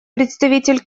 представитель